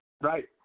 right